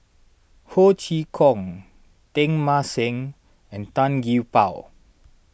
Ho Chee Kong Teng Mah Seng and Tan Gee Paw